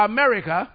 America